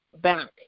back